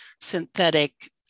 synthetic